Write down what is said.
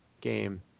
game